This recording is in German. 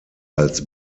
als